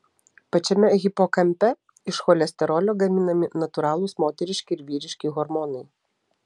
pačiame hipokampe iš cholesterolio gaminami natūralūs moteriški ir vyriški hormonai